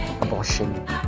abortion